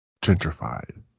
gentrified